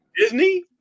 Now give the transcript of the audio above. Disney